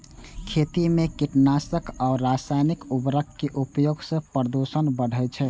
खेती मे कीटनाशक आ रासायनिक उर्वरक के उपयोग सं प्रदूषण बढ़ै छै